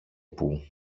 που